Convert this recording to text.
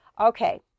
okay